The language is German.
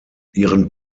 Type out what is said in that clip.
ihren